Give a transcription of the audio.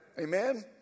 Amen